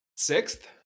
Sixth